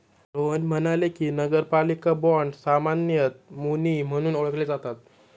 रोहन म्हणाले की, नगरपालिका बाँड सामान्यतः मुनी म्हणून ओळखले जातात